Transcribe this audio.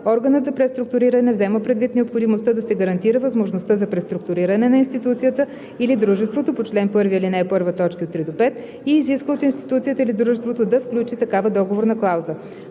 органът за преструктуриране взема предвид необходимостта да се гарантира възможността за преструктуриране на институцията или дружеството по чл. 1, ал. 1, т. 3 – 5 и изисква от институцията или дружеството да включи такава договорна клауза.